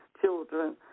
children